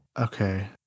Okay